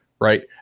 right